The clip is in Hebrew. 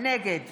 נגד